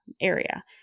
area